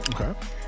Okay